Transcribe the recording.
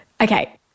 Okay